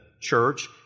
church